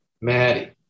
Maddie